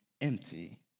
empty